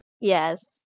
yes